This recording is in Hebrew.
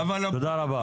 תודה רבה.